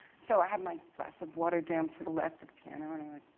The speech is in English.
so i have my glass of water down to the left of the piano, and i